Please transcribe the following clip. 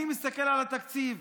אני מסתכל על התקציב,